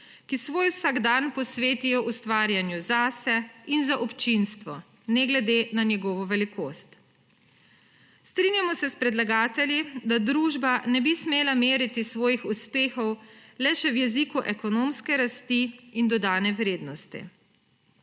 ki svoj vsakdan posvetijo ustvarjanju zase in za občinstvo, ne glede na njegovo velikost. Strinjamo se s predlagatelji, da družba ne bi smela meriti svojih uspehov le še v jeziku ekonomske rasti in dodane vrednosti.